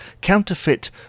Counterfeit